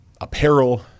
apparel